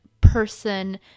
person